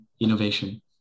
innovation